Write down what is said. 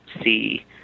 see